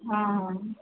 हाँ हाँ